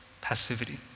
passivity